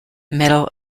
metal